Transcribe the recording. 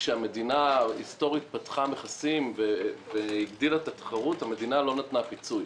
כאשר המדינה היסטורית פתחה מכסים והגדילה את התחרות היא לא נתנה פיצוי.